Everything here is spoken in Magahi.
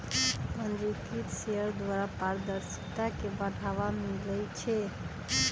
पंजीकृत शेयर द्वारा पारदर्शिता के बढ़ाबा मिलइ छै